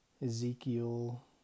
Ezekiel